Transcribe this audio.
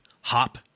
Hop